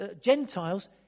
Gentiles